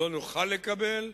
לא נוכל לקבל,